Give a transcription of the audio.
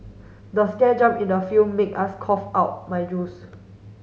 the scare jump in the film made us cough out my juice